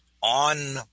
on